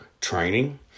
training